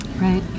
right